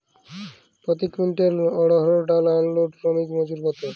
প্রতি কুইন্টল অড়হর ডাল আনলোডে শ্রমিক মজুরি কত?